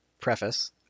preface